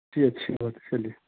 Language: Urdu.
جی اچھی بات چلیے